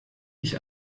dich